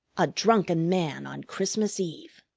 a drunken man on christmas eve!